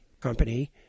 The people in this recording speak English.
company